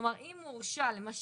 כלומר, אם הוא הורשע למשל